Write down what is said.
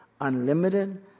unlimited